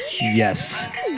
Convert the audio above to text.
yes